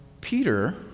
Peter